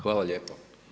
Hvala lijepo.